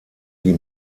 die